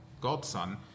godson